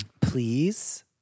Please